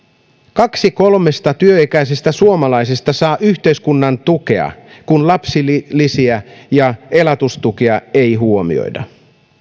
kaksi kolmesta työikäisestä suomalaisesta saa yhteiskunnan tukea kun lapsilisiä ja elatustukia ei huomioida